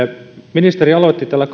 ministeri aloitti tällä